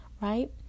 right